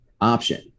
option